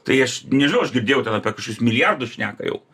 tai aš nežinau aš girdėjau ten apie kažkokius milijardus šneka jau